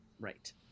Right